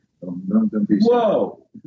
Whoa